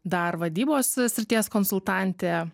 dar vadybos srities konsultantė